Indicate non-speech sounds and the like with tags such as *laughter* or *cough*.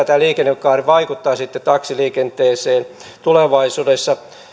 *unintelligible* tämä liikennekaari vaikuttaa sitten taksiliikenteeseen tulevaisuudessa